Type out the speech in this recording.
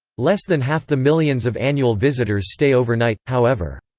less than half the millions of annual visitors stay overnight, however.